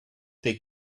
they